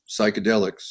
psychedelics